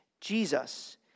Jesus